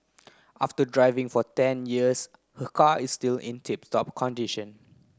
after driving for ten years her car is still in tip top condition